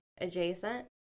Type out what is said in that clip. adjacent